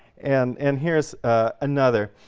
and and here's another.